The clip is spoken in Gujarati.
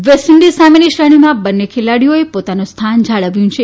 વેસ્ટઇન્ડિઝ સામેની શ્રેણીમાં બંને ખેલાડીઓએ પોતાનું સ્થાન જાળવ્યું છે